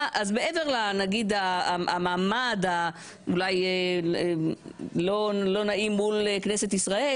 אז מעבר למעמד אולי הלא נעים מול כנסת ישראל